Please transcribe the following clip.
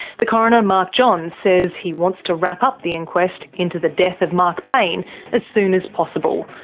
the coroner mark johns says he wants to wrap up the inquest into the death of mark payne as soon as possible,